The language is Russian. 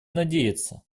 надеяться